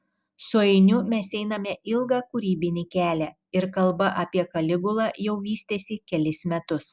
su ainiu mes einame ilgą kūrybinį kelią ir kalba apie kaligulą jau vystėsi kelis metus